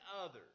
others